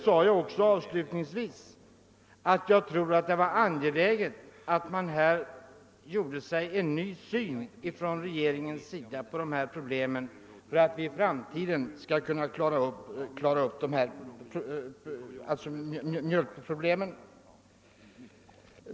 Jag sade också avslutningsvis i mitt förra anförande att jag anser det vara angeläget att regeringen anlägger en ny syn på detta problem, så att vi kan nå en lösning i framtiden.